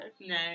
No